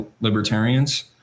libertarians